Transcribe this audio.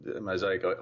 Mosaic